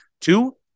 Two